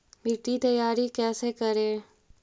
मिट्टी तैयारी कैसे करें?